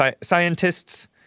scientists